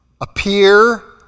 appear